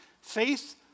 faith